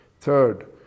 Third